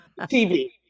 TV